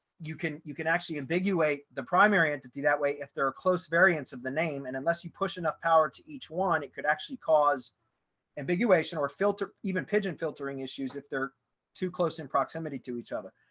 you can you can actually evaluate the primary entity that way, if there are close variants of the name and unless you push enough power to each one, it could actually cause ambiguity, or filter, even pigeon filtering issues if they're too close in proximity to each other.